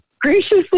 graciously